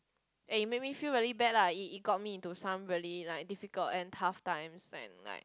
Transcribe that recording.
and it made me feel really bad lah it it got me into some really like difficult and tough times and like like